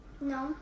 No